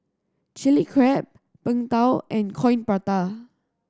Chilli Crab Png Tao and Coin Prata